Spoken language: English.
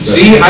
See